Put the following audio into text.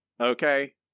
okay